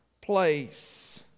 place